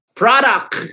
product